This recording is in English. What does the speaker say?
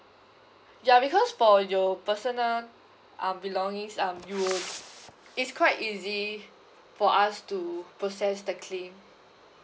ya because for your personal um belongings um you'll it's quite easy for us to process the claim